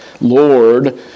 Lord